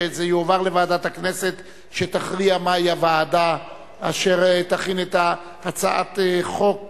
שזה יועבר לוועדת הכנסת שתכריע מהי הוועדה אשר תכין את הצעת חוק,